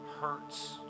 hurts